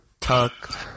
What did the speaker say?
Tuck